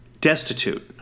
destitute